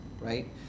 right